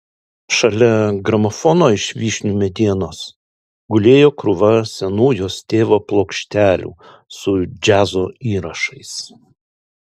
šalia gramofono iš vyšnių medienos gulėjo krūva senų jos tėvo plokštelių su džiazo įrašais